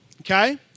Okay